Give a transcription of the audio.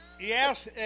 Yes